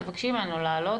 תבקשי ממנו לעלות.